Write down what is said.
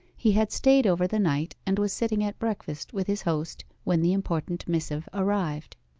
he had stayed over the night, and was sitting at breakfast with his host when the important missive arrived.